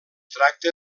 tracta